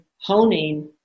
honing